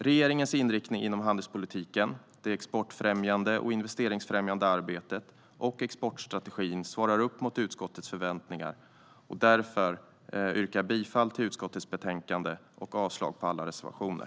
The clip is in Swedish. Regeringens inriktning inom handelspolitiken, det exportfrämjande och investeringsfrämjande arbetet och exportstrategin svarar upp mot utskottets förväntningar. Därför yrkar jag bifall till utskottets förslag i betänkandet och avslag på alla reservationer.